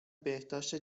بهداشت